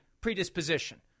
predisposition